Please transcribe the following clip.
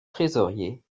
trésorier